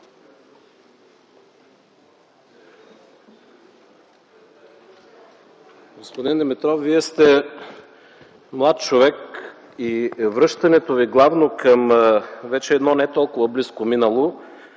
Господин Димитров, Вие сте млад човек и връщането Ви към вече едно не толкова близко минало